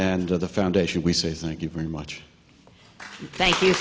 to the foundation we say thank you very much thank you